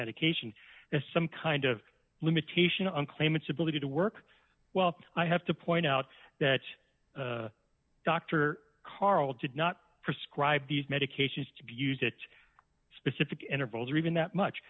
medication as some kind of limitation on claimants ability to work well i have to point out that dr karl did not prescribe these medications to be used at specific intervals or even that much